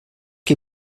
que